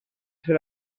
ser